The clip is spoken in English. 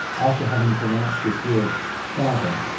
after having pronounced this word father,